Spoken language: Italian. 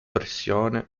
pressione